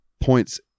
points